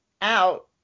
out